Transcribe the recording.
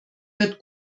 wird